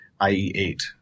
IE8